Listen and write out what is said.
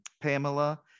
pamela